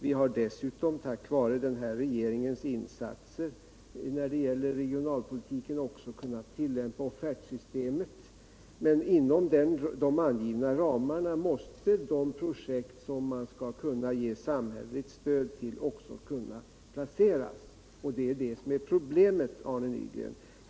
Vi har dessutom tack vare den här regeringens insatser när det gäller regionalpolitiken också kunnat tillämpa offertsystemet, men inom de angivna ramarna måste de projekt som man skall kunna ge samhälleligt stöd också kunna placeras. Det är det som är problemet, Arne Nygren.